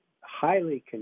highly